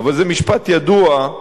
אבל זה משפט ידוע,